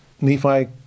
Nephi